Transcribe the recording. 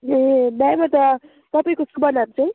ए दाइ म त तपाईँको शुभ नाम चाहिँ